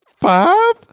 five